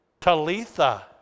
Talitha